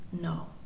No